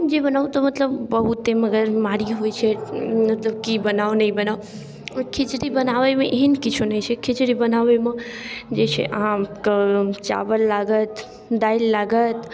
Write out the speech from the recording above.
जे बनाउ तऽ मतलब बहुते मगजमारी होइ छै मतलब कि बनाउ नहि बनाउ ओ खिचड़ी बनाबैमे एहन किछु नहि छै खिचड़ी बनाबैमे जे छै अहाँके चावल लागत दालि लागत